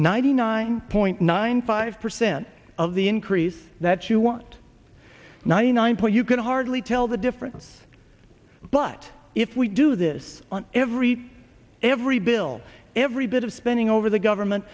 ninety nine point nine five percent of the increase that you want ninety nine point you can hardly tell the difference but if we do this on every every bill every bit of spending over the government